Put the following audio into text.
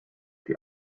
die